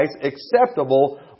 acceptable